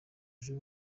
ejo